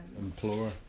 Implore